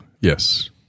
Yes